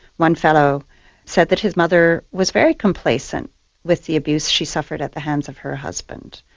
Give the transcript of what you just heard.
one fellow said that his mother was very complacent with the abuse she suffered at the hands of her husband,